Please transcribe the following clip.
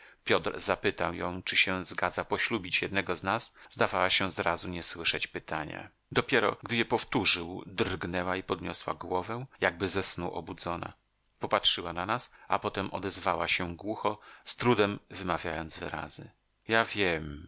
piotr zapytał ją czy się zgadza poślubić jednego z nas zdawała się zrazu nie słyszeć pytania dopiero gdy je powtórzył drgnęła i podniosła głowę jakby ze snu obudzona popatrzyła na nas a potem odezwała się głucho z trudem wymawiając wyrazy ja wiem